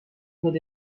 put